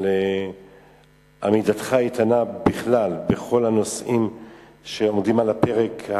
על עמידתך האיתנה בכלל בכל הנושאים שעומדים על הפרק.